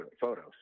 photos